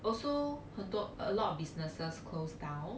also 很多 a lot of businesses closed down